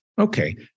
Okay